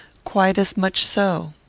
quite as much so.